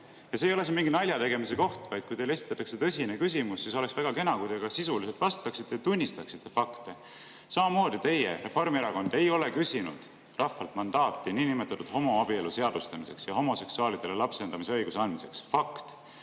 see ei ole mingi naljategemise koht. Kui teile esitatakse tõsine küsimus, siis oleks väga kena, kui te ka sisuliselt vastaksite ja tunnistaksite fakte. Samamoodi teie, Reformierakond, ei ole küsinud rahvalt mandaati niinimetatud homoabielu seadustamiseks ja homoseksuaalidele lapsendamisõiguse andmiseks – fakt.